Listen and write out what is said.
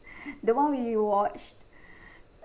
the one we watched